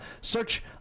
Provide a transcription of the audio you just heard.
Search